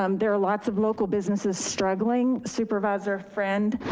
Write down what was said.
um there are lots of local businesses, struggling, supervisor friend,